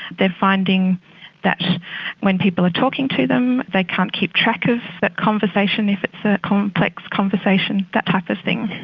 they are finding that when people are talking to them they can't keep track of that conversation if it's a complex conversation, that type of thing.